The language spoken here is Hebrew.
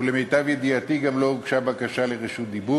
ולמיטב ידיעתי גם לא הוגשה בקשה לרשות דיבור.